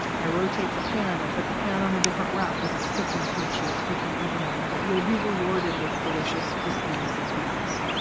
i rotate the pan, i put the pan on a different rack as it's cooking to make sure it's cooking evenly. but you'll be rewarded with delicious crispiness and sweetness.